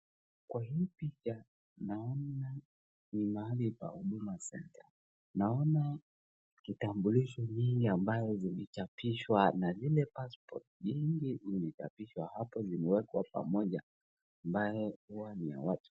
Kwa hii picha naona ni mahali pa Huduma center naona kitambulisho nyingi ambayo zimechapishwa na zile passport nyingi zimechapishwa hapo zimeekwa pamoja ambayo ni ya watu.